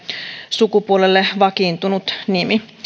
sukupuolelle vakiintunut nimi